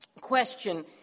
question